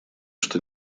что